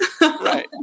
Right